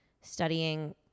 studying